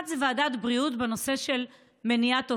אחד בוועדת הבריאות, בנושא מניעת אובדנות,